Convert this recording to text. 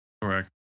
Correct